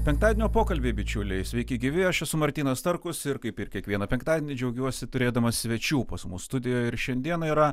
penktadienio pokalbiai bičiuliai sveiki gyvi aš esu martynas starkus ir kaip ir kiekvieną penktadienį džiaugiuosi turėdamas svečių pas mus studijoj ir šiandieną yra